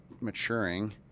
maturing